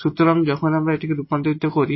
সুতরাং যখন আমরা এটিকে রূপান্তর করি